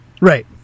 Right